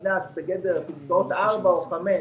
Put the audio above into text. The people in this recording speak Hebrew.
שנכנס בגדר פסקאות (4) או (5)